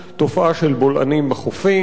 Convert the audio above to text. תופעה של בולענים בחופים,